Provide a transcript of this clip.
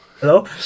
Hello